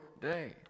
day